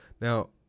Now